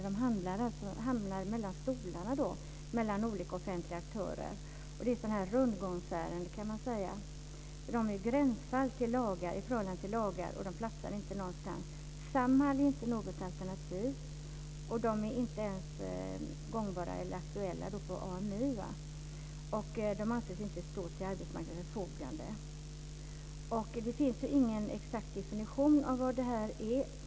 De hamnar alltså mellan stolarna - mellan olika offentliga aktörer. Det blir rundgångsärenden, för de här personerna är gränsfall i förhållande till lagarna och platsar inte någonstans. Samhall är inte något alternativ. De är inte ens gångbara eller aktuella på AMI, och de anses inte stå till arbetsmarknadens förfogande. Det finns ingen exakt definition av vad detta är.